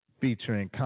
featuring